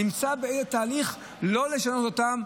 נמצא בתהליך לא לשנות אותם,